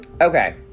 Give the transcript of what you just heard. Okay